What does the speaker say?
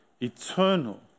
eternal